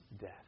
death